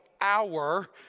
hour